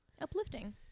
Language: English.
Uplifting